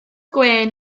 gwên